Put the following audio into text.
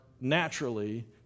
naturally